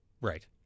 Right